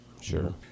Sure